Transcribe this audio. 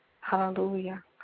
Hallelujah